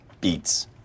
Beats